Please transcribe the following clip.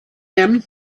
them